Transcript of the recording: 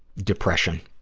depression.